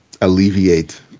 alleviate